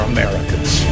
Americans